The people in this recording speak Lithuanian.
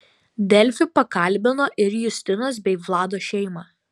delfi pakalbino ir justinos bei vlado šeimą